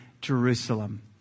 Jerusalem